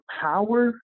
power